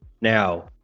Now